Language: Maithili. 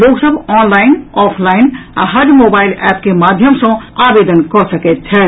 लोक सभ ऑनलाईन ऑफलाईन आ हज मोबाईल एप के माध्यम सँ आवेदन कऽ सकैत छथि